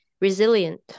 resilient